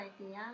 idea